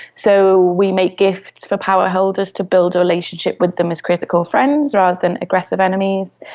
so we make gifts for powerholders to build relationships with them as critical friends rather than aggressive enemies.